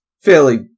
Fairly